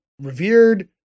revered